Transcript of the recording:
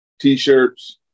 t-shirts